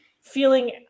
feeling –